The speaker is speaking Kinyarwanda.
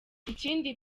ikindi